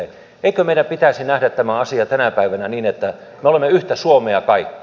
eikö meidän pitäisi nähdä tämä asia tänä päivänä niin että me olemme yhtä suomea kaikki